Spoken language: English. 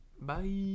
Bye